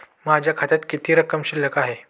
माझ्या खात्यात किती रक्कम शिल्लक आहे?